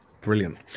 Brilliant